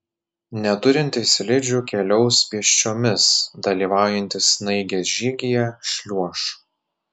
neturintys slidžių keliaus pėsčiomis dalyvaujantys snaigės žygyje šliuoš